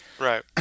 Right